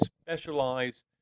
specialize